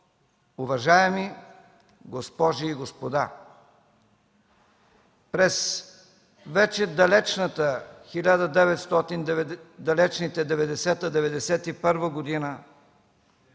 Уважаеми госпожи и господа! През вече далечните 1990 1991 г.